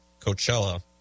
Coachella